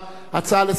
הצעה לסדר.